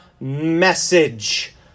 message